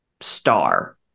star